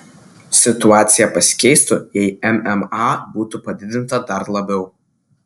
situacija pasikeistų jei mma būtų padidinta dar labiau